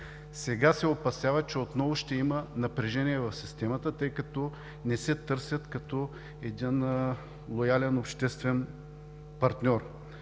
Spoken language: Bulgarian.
Сега се опасяват, че отново ще има напрежение в системата, тъй като не се търсят като един лоялен обществен партньор.